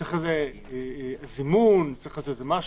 צריך זימון או משהו?